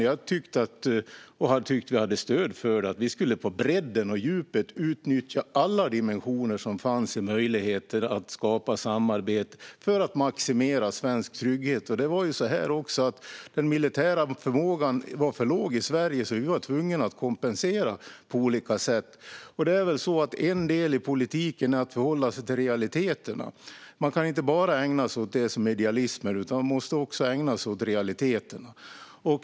Jag tyckte att vi hade stöd för att på bredden och djupet utnyttja alla dimensioner i de möjligheter som fanns att skapa samarbete för att maximera svensk trygghet. Den militära förmågan i Sverige var dessutom för låg, så vi var tvungna att kompensera på olika sätt. En del i politiken är att förhålla sig till realiteterna. Man kan inte bara ägna sig åt sådant som är idealism, utan man måste också ägna sig åt realiteterna.